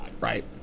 Right